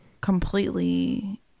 completely